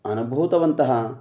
अनुभूतवन्तः